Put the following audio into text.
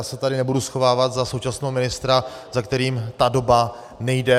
Já se tady nebudu schovávat za současného ministra, za kterým ta doba nejde.